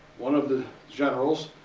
one of the generals,